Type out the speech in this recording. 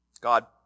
God